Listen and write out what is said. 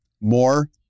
More